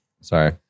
Sorry